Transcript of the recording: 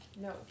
No